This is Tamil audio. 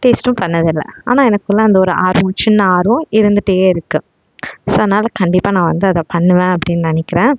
டேஸ்ட்டும் பண்ணதில்லை ஆனால் எனக்கு ஃபுல்லா அந்த ஒரு ஆர்வம் சின்ன ஆர்வம் இருந்துகிட்டே இருக்குது ஸோ அதனால கண்டிப்பாக நான் வந்து அதை பண்ணுவேன் அப்படின்னு நினைக்கிறேன்